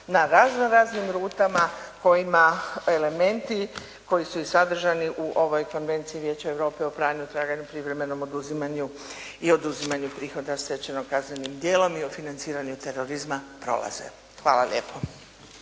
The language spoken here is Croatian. na razno raznim rutama kojima elementi koji su i sadržani u ovoj Konvenciji Vijeća Europe o pranju, traganju, privremenom oduzimanju i oduzimanju prihoda stečenoga kaznenim djelom i o financiranju terorizma prolaze. Hvala lijepo.